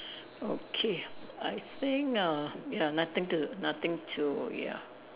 okay I think uh ya nothing to nothing to ya